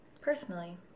personally